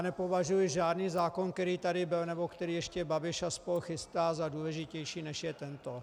Nepovažuji žádný zákon, který tady byl nebo který ještě Babiš a spol. chystá, za důležitější, než je tento.